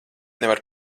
nevar